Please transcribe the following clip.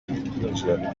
kwinjirana